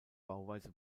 bauweise